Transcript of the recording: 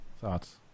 thoughts